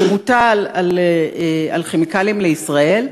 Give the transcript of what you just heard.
שמוטל על "כימיקלים לישראל",